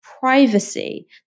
privacy